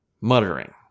muttering